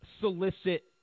solicit